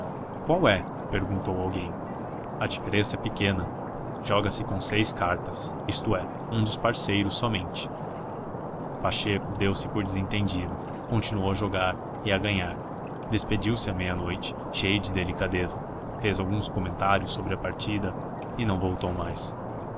qual é perguntou alguém a diferença é pequena joga se com seis cartas isto é um dos parceiros somente pacheco deu-se por desentendido continuou a jogar e a ganhar despediu-se à meia-noite cheio de delicadeza fez alguns comentários sobre a partida e não voltou mais